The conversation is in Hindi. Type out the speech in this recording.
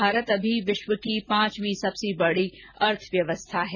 भारत अभी विश्व की पांचवीं सभी बड़ी अर्थव्यवस्था है